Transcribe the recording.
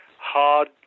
hard